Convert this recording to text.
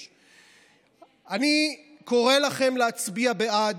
אני קורא לכם להצביע בעד.